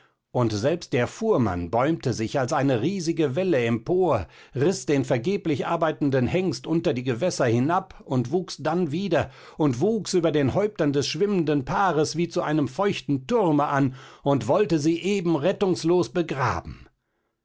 und selbst der fuhrmann bäumte sich als eine riesige welle empor riß den vergeblich arbeitenden hengst unter die gewässer hinab und wuchs dann wieder und wuchs über den häuptern des schwimmenden paares wie zu einem feuchten turme an und wollte sie eben rettungslos begraben